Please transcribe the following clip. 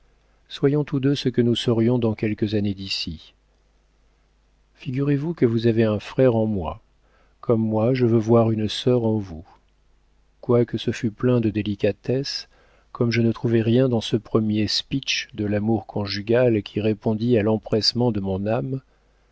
soyons tous deux ce que nous serions dans quelques années d'ici figurez-vous que vous avez un frère en moi comme moi je veux voir une sœur en vous quoique ce fût plein de délicatesse comme je ne trouvai rien dans ce premier speech de l'amour conjugal qui répondît à l'empressement de mon âme